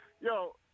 Yo